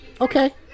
Okay